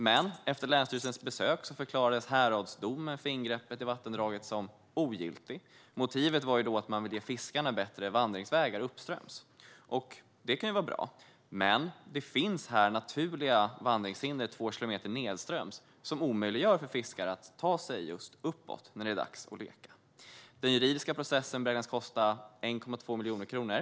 Men efter länsstyrelsens besök förklarades häradsdomen för ingreppet i vattendraget som ogiltig. Motivet var att man ville ge fiskarna bättre vandringsvägar uppströms. Det kan vara bra, men det finns här naturliga vandringshinder två kilometer nedströms, som omöjliggör för fiskar att ta sig uppåt när det är dags att leka. Den juridiska processen beräknas kosta 1,2 miljoner kronor.